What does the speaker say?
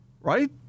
Right